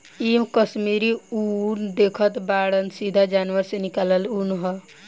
इ कश्मीरी उन देखतऽ बाड़ऽ सीधा जानवर से निकालल ऊँन ह